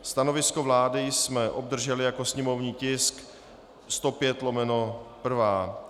Stanovisko vlády jsme obdrželi jako sněmovní tisk 105/1.